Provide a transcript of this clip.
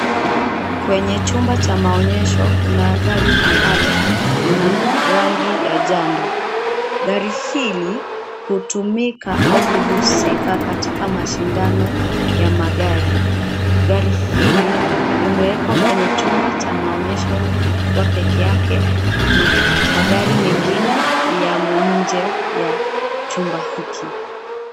Kwenye chumba cha maonyesho kuna gari ambalo lina rangi ya njano. Gari hili hutumika au huhusika katika mashindano ya magari. Gari hili limewekwa kwenye chumba cha maonyesho likiwa peke yake na magari mengine yamo nje ya chumba hiki.